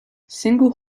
single